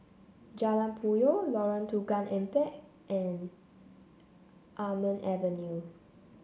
Jalan Puyoh Lorong Tukang Empat and Almond Avenue